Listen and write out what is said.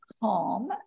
calm